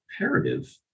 imperative